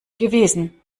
gewesen